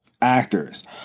actors